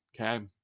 okay